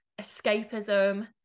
escapism